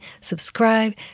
subscribe